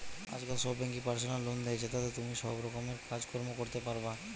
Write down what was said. আজকাল সব বেঙ্কই পার্সোনাল লোন দে, জেতাতে তুমি সব রকমের কাজ কর্ম করতে পারবা